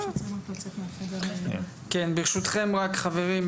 ברשותכם חברים,